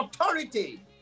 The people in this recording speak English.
authority